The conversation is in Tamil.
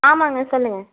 ஆமாம்ங்க சொல்லுங்கள்